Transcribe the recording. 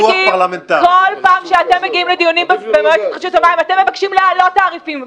כל פעם שאתם מגיעים לדיונים ברשות המים אתם מבקשים להעלות תעריפים,